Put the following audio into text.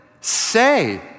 say